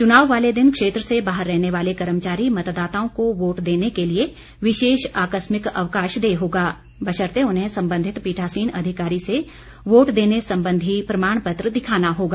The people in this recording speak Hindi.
चुनाव वाले दिन क्षेत्र से बाहर रहने वाले कर्मचारी मतदाताओं को वोट देने के लिए विशेष आकस्मिक अवकाश देय होगा बशर्ते उन्हें संबंधित पीठासीन अधिकारी से वोट देने संबंधी प्रमाण पत्र दिखाना होगा